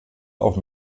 auch